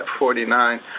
49